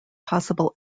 possible